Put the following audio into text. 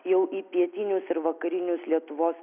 jau į pietinius ir vakarinius lietuvos